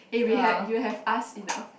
eh we had you have ask enough